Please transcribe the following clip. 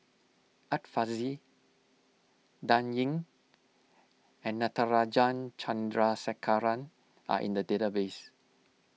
Art Fazil Dan Ying and Natarajan Chandrasekaran are in the database